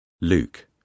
Luke